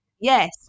Yes